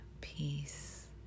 peace